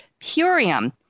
Purium